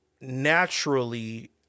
naturally